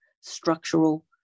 structural